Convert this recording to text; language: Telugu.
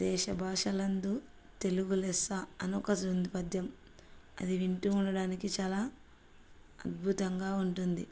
దేశభాషలందు తెలుగు లెస్స అని ఒకటి ఉంది పద్యం అది వింటూ ఉండడానికి చాలా అద్భుతంగా ఉంటుంది